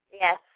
Yes